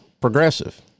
progressive